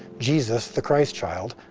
jesus, the christ child,